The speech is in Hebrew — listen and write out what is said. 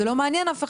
זה לא מעניין אף אחד,